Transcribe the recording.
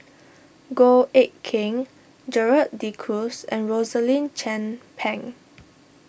Goh Eck Kheng Gerald De Cruz and Rosaline Chan Pang